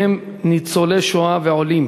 ובהם ניצולי שואה ועולים,